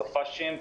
בסופ"שים,